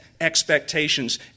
expectations